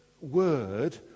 word